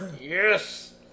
Yes